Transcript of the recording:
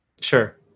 Sure